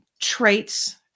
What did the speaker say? traits